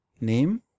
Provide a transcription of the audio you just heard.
Name